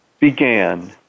began